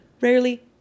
rarely